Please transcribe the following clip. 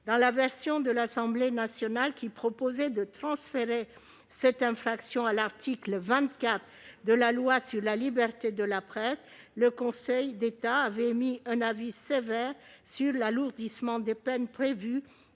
sur la version déposée à l'Assemblée nationale, dans laquelle était proposé le transfert de cette infraction à l'article 24 de la loi sur la liberté de la presse, le Conseil d'État avait émis un avis sévère sur l'alourdissement des peines prévues